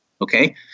okay